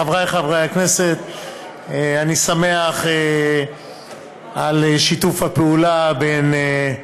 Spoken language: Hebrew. חבריי חברי הכנסת אני שמח על שיתוף הפעולה בין,